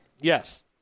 Yes